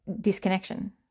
disconnection